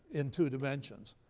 in two-dimensions.